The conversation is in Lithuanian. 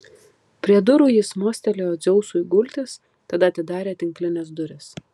prie durų jis mostelėjo dzeusui gultis tada atidarė tinklines duris